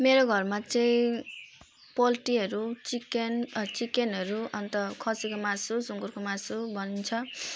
मेरो घरमा चाहिँ पोल्ट्रीहरू चिकन चिकनहरू अन्त खसीको मासु सुँगुरको मासु बनिन्छ